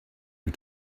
you